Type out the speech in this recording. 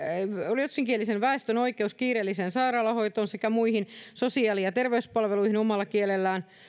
ruotsinkielisen väestön oikeus kiireelliseen sairaalahoitoon sekä muihin sosiaali ja terveyspalveluihin omalla kielellään